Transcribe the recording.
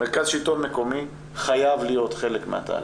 מרכז השלטון המקומי חייב להיות חלק מהתהליך.